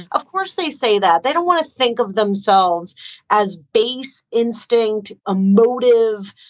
of course, they say that they don't want to think of themselves as base instinct, a motive,